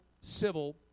civil